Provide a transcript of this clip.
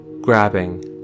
grabbing